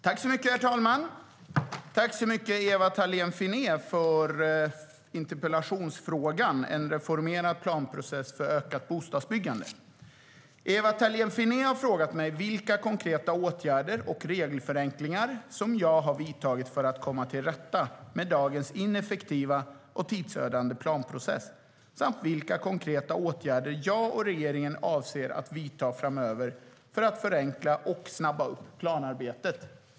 Herr talman! Jag tackar Ewa Thalén Finné för interpellationen om en reformerad planprocess för ökat bostadsbyggande. Ewa Thalén Finné har frågat mig vilka konkreta åtgärder och regelförenklingar som jag har vidtagit för att komma till rätta med dagens ineffektiva och tidsödande planprocess samt vilka konkreta åtgärder jag och regeringen avser att vidta framöver för att förenkla och snabba upp planarbetet.